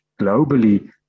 globally